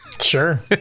Sure